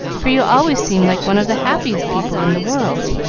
for you always seemed like one of the happiest people in the world,